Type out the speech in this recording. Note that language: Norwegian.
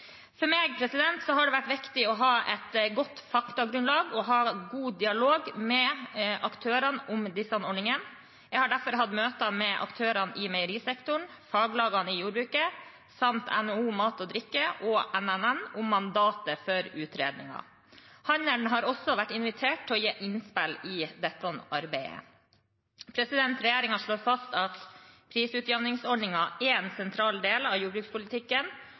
For meg har det vært viktig å ha et godt faktagrunnlag og ha god dialog med aktørene om disse ordningene. Jeg har derfor hatt møte med aktørene i meierisektoren, faglagene i jordbruket samt NHO Mat og Drikke og NNN om mandatet for utredningen. Handelen har også vært invitert til å gi innspill i dette arbeidet. Regjeringen slår fast at prisutjevningsordningen er en sentral del av jordbrukspolitikken,